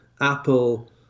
Apple